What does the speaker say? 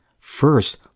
First